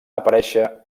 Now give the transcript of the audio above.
aparèixer